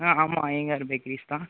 ஆமாம் ஐயங்கார் பேக்கரிஸ் தான்